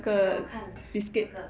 给我看这个